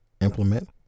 implement